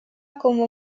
como